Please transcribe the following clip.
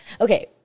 Okay